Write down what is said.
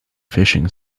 fishing